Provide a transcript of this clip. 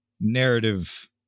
narrative